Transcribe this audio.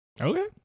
Okay